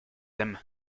them